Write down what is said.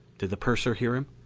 did the purser hear him?